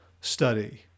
study